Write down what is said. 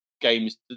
games